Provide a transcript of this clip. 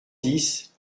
dix